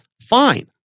fine